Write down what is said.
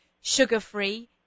sugar-free